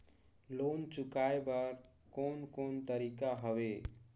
Loan चुकाए बर कोन कोन तरीका हवे?